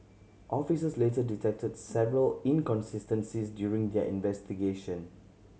officers later detected several inconsistencies during their investigation